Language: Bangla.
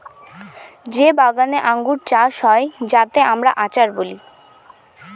যে বাগানে আঙ্গুর চাষ হয় যাতে আমরা আচার বলি